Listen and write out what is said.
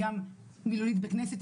או בכלל,